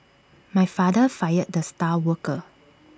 my father fired the star worker